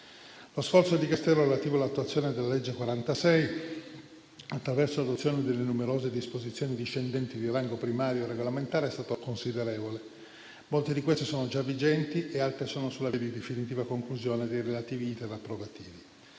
Lo sforzo del Dicastero relativo all'attuazione della legge n. 46 del 2022, attraverso l'adozione delle numerose disposizioni discendenti di rango primario e regolamentare, è stato considerevole. Molte di queste sono già vigenti e altre sono sulla via della definitiva conclusione e dei relativi *iter* approvativi.